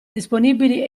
disponibili